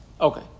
Okay